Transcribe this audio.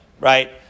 right